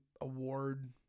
award